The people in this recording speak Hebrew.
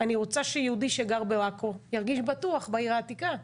אני רוצה שיהודי שגר בעכו ירגיש בטוח בעיר העתיקה,